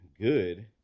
good